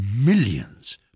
millions